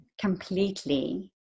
completely